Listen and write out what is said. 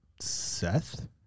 Seth